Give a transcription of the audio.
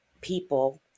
people